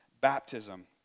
baptism